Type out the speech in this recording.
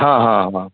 हँ हँ हँ